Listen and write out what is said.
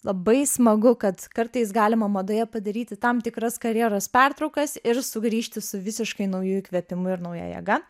labai smagu kad kartais galima madoje padaryti tam tikras karjeros pertraukas ir sugrįžti su visiškai nauju įkvėpimu ir nauja jėga